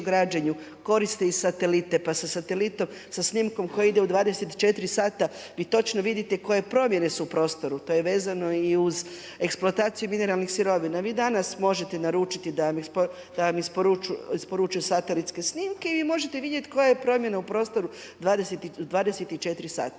koriste i satelite pa sa snimkom koji ide u 24 sata vi točno vidite koje promjene su u prostoru, to je vezano i uz eksploataciju mineralnih sirovina. Vi danas možete naručiti da vam isporučuju satelitske snimke i možete vidjeti koja je promjena u prostoru 24 sata.